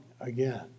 again